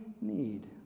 need